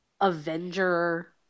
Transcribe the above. Avenger